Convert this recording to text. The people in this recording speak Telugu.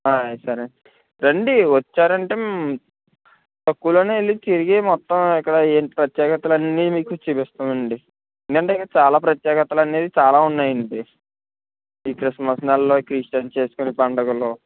సరే అండి రండి వచ్చారంటే ఊళ్ళో తిరిగి మొత్తం ఇక్కడ ప్రత్యేకతలు అన్నీ మీకు చూపిస్తాం అండి ఏంటంటే చాలా ప్రత్యేకతలు అనేది చాలా ఉన్నాయి అండి ఈ క్రిస్మస్ నెలలో క్రిస్టియన్ చేసుకునే పండుగలు